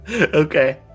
Okay